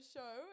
Show